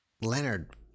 Leonard